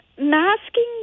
Masking